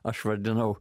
aš vadinau